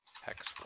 hex